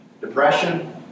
Depression